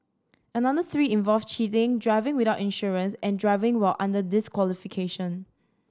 another three involve cheating driving without insurance and driving while under disqualification